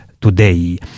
today